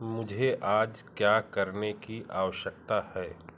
मुझे आज क्या करने की आवश्यकता है